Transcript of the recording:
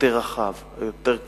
הרחב יותר, היותר כללי.